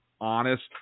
honest